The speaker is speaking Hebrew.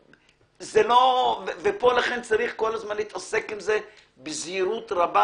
צריך להתעסק עם זה בזהירות רבה.